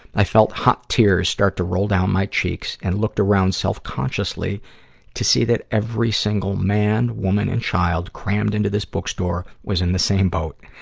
i felt hot tears start to run down my cheeks and looked around self-consciously to see that every single man, woman, and child crammed into this bookstore was in the same boat.